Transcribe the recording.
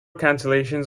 cancellations